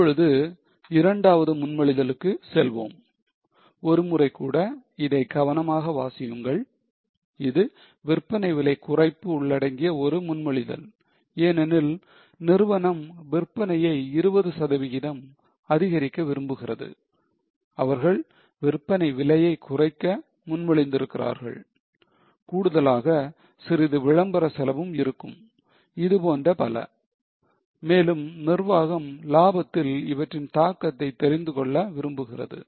இப்பொழுது இரண்டாவது முன்மொழிதலுக்கு செல்வோம் ஒருமுறைகூட இதை கவனமாக வாசியுங்கள் இது விற்பனை விலை குறைப்பு உள்ளடங்கிய ஒரு முன்மொழிதல் ஏனெனில் நிறுவனம் விற்பனையை 20 சதவிகிதம் அதிகரிக்க விரும்புகிறது அவர்கள் விற்பனை விலையை குறைக்க முன்மொழிந்திருக்கிறார்கள் கூடுதலாக சிறிது விளம்பர செலவு இருக்கும் இது போன்ற பல மேலும் நிர்வாகம் லாபத்தில் இவற்றின் தாக்கத்தை தெரிந்து கொள்ள விரும்புகிறது